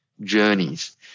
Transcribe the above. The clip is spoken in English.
journeys